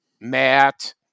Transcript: Matt